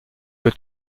que